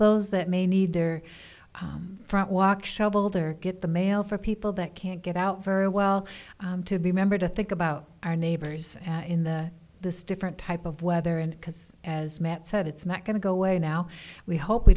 those that may need their front walk shoveled or get the mail for people that can't get out very well to be a member to think about our neighbors in the this different type of weather and because as matt said it's not going to go away now we hope we